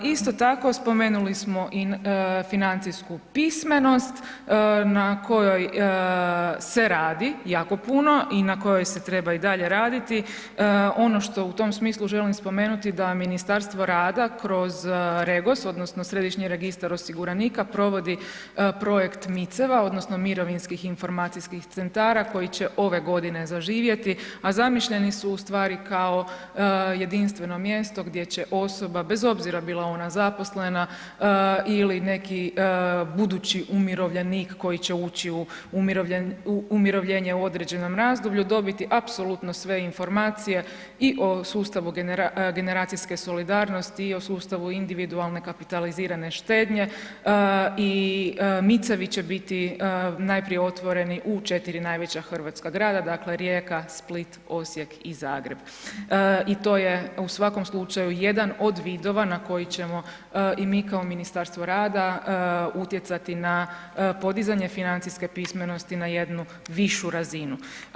Isto tako, spomenuli smo i financijsku pismenost, na kojoj se radi, jako puno i na kojoj se treba i dalje raditi, ono što u tom smislu želim spomenuti da Ministarstvo rada kroz Regos, odnosno Središnji registar osiguranika provodi projekt MIC-eva odnosno Mirovinskih informacijskih centara koji će ove godine zaživjeti, a zamišljeni su ustvari kao jedinstveno mjesto gdje će osoba, bez obzira bila ona zaposlena ili neki budući umirovljenik koji će ući u umirovljenje u određenom razdoblju dobiti apsolutno sve informacije i o sustavu generacijske solidarnosti i o sustavu individualne kapitalizirane štednje i MIC-evi će biti najprije otvoreni u 4 najveća hrvatska grada, dakle Rijeka, Split, Osijek i Zagreb i to je u svakom slučaju, jedan od vidova na koji ćemo i mi kao Ministarstvo rada utjecati na podizanje financijske pismenosti na jednu višu razinu.